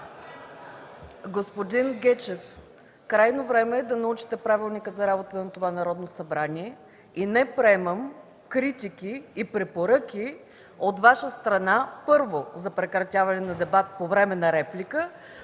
Господин Гечев, крайно време е да научите Правилника за дейността на това Народно събрание. Не приемам критики и препоръки от Ваша страна, първо, за прекратяване на дебат по време на реплика